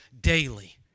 daily